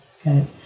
Okay